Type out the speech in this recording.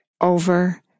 over